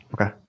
Okay